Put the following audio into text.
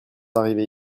arrivés